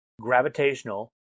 gravitational